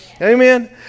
Amen